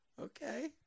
Okay